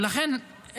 ולכן,